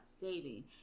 saving